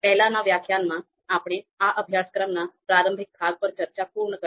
પહેલાનાં વ્યાખ્યાનમાં આપણે આ અભ્યાસક્રમના પ્રારંભિક ભાગ પર ચર્ચા પૂર્ણ કરી